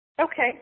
Okay